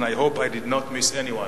and I hope I did not miss anyone.